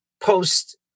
post